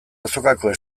azokako